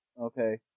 Okay